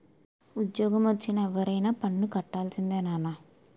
ఉజ్జోగమొచ్చిన ఎవరైనా పన్ను కట్టాల్సిందే నాన్నా